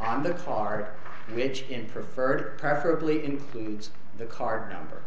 on the part which in preferred preferably includes the card number